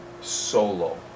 solo